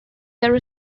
there